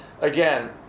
again